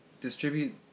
distribute